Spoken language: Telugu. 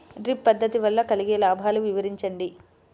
డ్రిప్ పద్దతి వల్ల కలిగే లాభాలు వివరించండి?